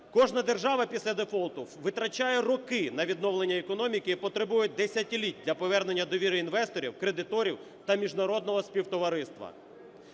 Кожна держава після дефолту витрачає роки на відновлення економіки і потребує десятиліть для повернення довіри інвесторів, кредиторів та міжнародного співтовариства.